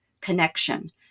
connection